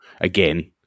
Again